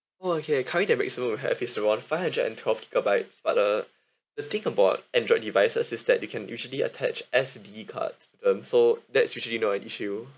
oh okay currently the maximum we have is around five hundred and twelve gigabytes but uh the thing about android devices is that you can usually attach S_D card to them so that's usually not an issue